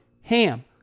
HAM